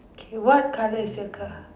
okay what colour is your car